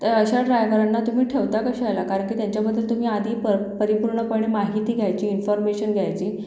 तर अशा ड्रायव्हरना तुम्ही ठेवता कशाला कारण की त्यांच्याबद्दल तुम्ही आधी प परिपूर्णपणे माहिती घ्यायची इन्फर्मेशन घ्यायची